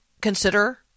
consider